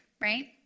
right